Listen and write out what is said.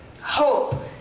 hope